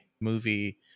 movie